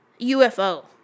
UFO